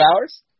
hours